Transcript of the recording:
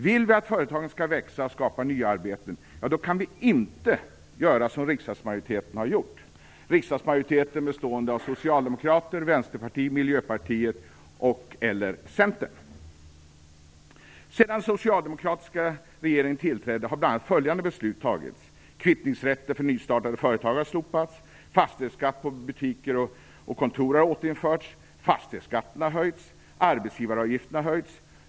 Vill vi att företagen skall växa och skapa nya arbeten kan vi inte göra som riksdagsmajoriteten har gjort - den riksdagsmajoritet som består av Socialdemokraterna, Vänsterpartiet, Miljöpartiet och/eller Sedan den socialdemokratiska regeringen tillträdde har bl.a. följande beslut fattats: Kvittningsrätten för nystartade företag har slopats. Fastighetsskatt på butiker och kontor har återinförts. Fastighetsskatten har höjts. Arbetsgivaravgiften har höjts.